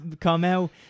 Carmel